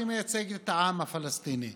שמייצג את העם הפלסטיני: